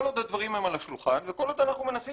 כל עוד הדברים הם על השולחן וכל עוד אנחנו מנסים